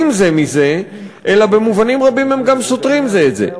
זה מזה אלא במובנים רבים הם גם סותרים זה את זה.